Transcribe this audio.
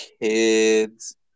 kids